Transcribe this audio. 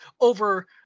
over